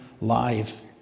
life